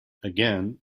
again